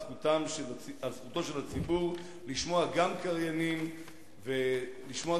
זכותו של הציבור לשמוע גם קריינים ולשמוע